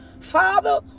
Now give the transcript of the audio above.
Father